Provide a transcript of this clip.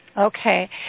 Okay